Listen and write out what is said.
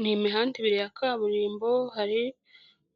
Ni imihanda ibiri ya kaburimbo, hari